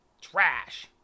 Trash